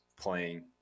playing